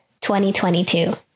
2022